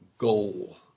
Goal